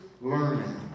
learning